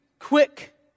Quick